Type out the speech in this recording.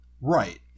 Right